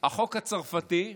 החוק הצרפתי,